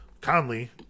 Conley